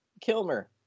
Kilmer